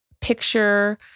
picture